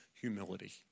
humility